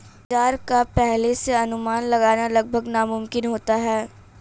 बाजार का पहले से अनुमान लगाना लगभग नामुमकिन होता है